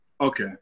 Okay